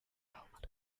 helmet